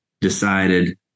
decided